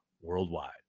worldwide